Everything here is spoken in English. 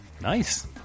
Nice